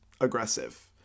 aggressive